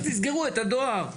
אז תסגרו את הדואר.